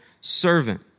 servant